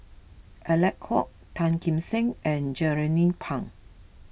Alec Kuok Tan Kim Seng and Jernnine Pang